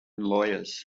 lawyers